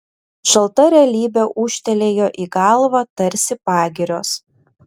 šalta realybė ūžtelėjo į galvą tarsi pagirios